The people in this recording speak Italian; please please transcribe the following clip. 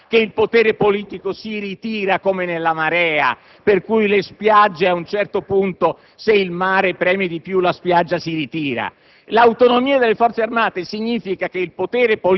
parlato. L'autonomia delle Forze armate non significa che il potere politico si ritira come nella marea, per cui a un certo punto, se il mare preme di più, le spiagge si ritirano.